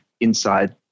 inside